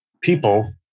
people